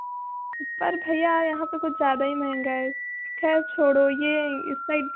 पर भैया यहाँ पे कुछ ज़्यादा ही महंगा है खैर छोड़ो ये इस साइड